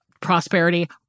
Prosperity